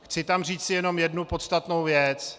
Chci k tomu říci jenom jednu podstatnou věc.